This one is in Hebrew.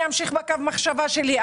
אני אמשיך בקו המחשבה שלי.